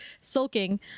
sulking